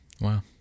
Wow